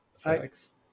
Thanks